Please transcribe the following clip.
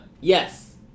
Yes